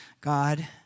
God